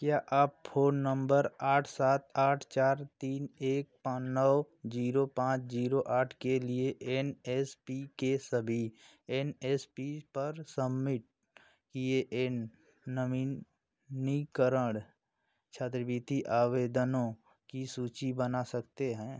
क्या आप phone number आठ सात आठ चार तीन एक पाँच नौ ज़ीरो पाँच ज़ीरो आठ के लिए एन एस पी के सभी एन एस पी पर सम्मिट ये एन नवीनीकरण छात्रवृति आवेदनों की सूची बना सकते हैं